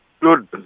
Good